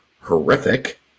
horrific